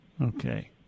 Okay